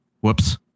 whoops